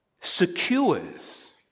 secures